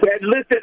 listen